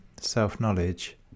self-knowledge